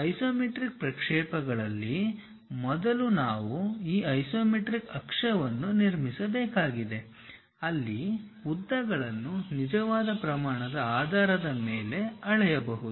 isometric ಪ್ರಕ್ಷೇಪಗಳಲ್ಲಿ ಮೊದಲು ನಾವು ಈ ಐಸೊಮೆಟ್ರಿಕ್ ಅಕ್ಷವನ್ನು ನಿರ್ಮಿಸಬೇಕಾಗಿದೆ ಅಲ್ಲಿ ಉದ್ದಗಳನ್ನು ನಿಜವಾದ ಪ್ರಮಾಣದ ಆಧಾರದ ಮೇಲೆ ಅಳೆಯಬಹುದು